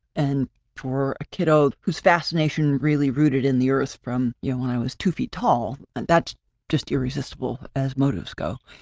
and for a kiddo whose fascination really rooted in the earth from you know, when i was two feet tall, and that's just irresistible as motives go,